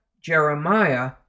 Jeremiah